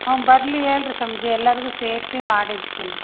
ಹ್ಞೂಂ ಬರಲಿ ಹೇಳ್ರೀ ಸ್ವಾಮೀಜಿ ಎಲ್ಲರಿಗು ಸೇರಿಸಿ ಮಾಡಿರ್ತೀನಿ